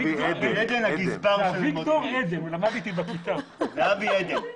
גזבר עיריית מודיעין עילית שלום לכולם